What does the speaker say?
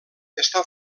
està